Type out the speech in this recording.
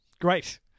great